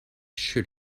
shirt